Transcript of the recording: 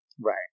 Right